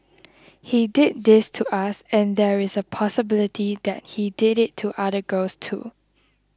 he did this to us and there is a possibility that he did it to other girls too